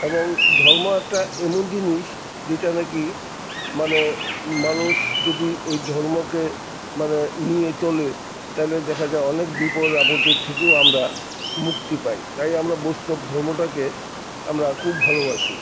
এবং ধর্ম একটা এমন জিনিস যেটা নাকি মানে মানুষ যদি এই ধর্মকে মানে নিয়ে চলে তাহলে দেখা যায় অনেক বিপদ আপদের থেকেও আমরা মুক্তি পাই তাই আমরা বৈষ্ণব ধর্মটাকে আমরা খুব ভালোবাসি